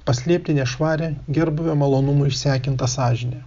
paslėpti nešvarią gerbūvio malonumų išsekintą sąžinę